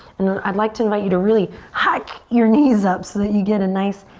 i'd like to invite you to really hike your knees up so that you get a nice